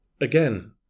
again